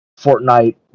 Fortnite